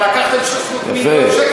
אבל לקחת 300 מיליון שקל,